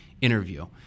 interview